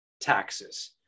taxes